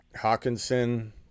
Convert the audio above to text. Hawkinson